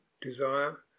desire